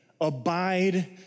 abide